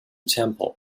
temple